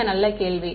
மிக நல்ல கேள்வி